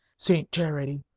saint charity!